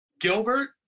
Gilbert